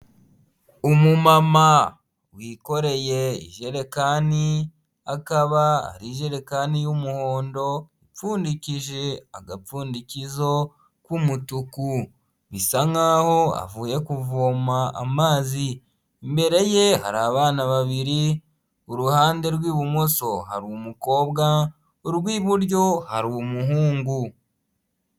Umumama wikoreye jerekani akaba ari ijerekani y'umuhondo ipfundikije agapfundikizo k'umutuku, bisa nk'aho avuye kuvoma amazi. Imbere ye hari abana babiri, iruhande rw'ibumoso hari umukobwa urw'iburyo hari umuhungu.